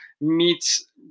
meets